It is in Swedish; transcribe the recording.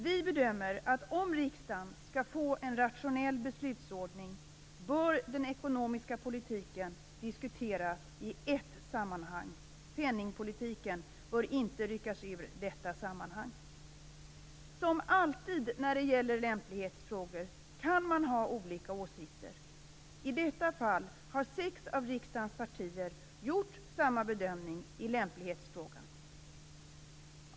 Vi bedömer att den ekonomiska politiken bör diskuteras i ett sammanhang om riksdagen skall få en rationell beslutsordning. Penningpolitiken bör inte ryckas ur detta sammanhang. Som alltid när det gäller lämplighetsfrågor kan man ha olika åsikter. I detta fall har sex av riksdagens partier gjort samma bedömning i lämplighetsfrågan.